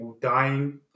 dying